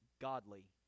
godly